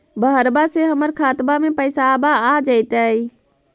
बहरबा से हमर खातबा में पैसाबा आ जैतय?